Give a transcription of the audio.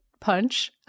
punch